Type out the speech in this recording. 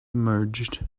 emerged